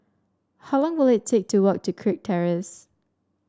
how long will it take to walk to Kirk Terrace